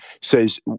says